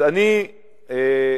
אז, א.